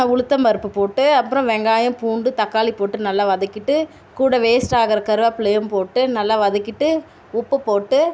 உளுத்தம் பருப்பு போட்டு அப்புறம் வெங்காயம் பூண்டு தக்காளி போட்டு நல்லா வதக்கிட்டு கூட வேஸ்ட்டாகிற கருவப்பிலையும் போட்டு நல்லா வதக்கிட்டு உப்பு போட்டு